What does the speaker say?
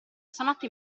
stanotte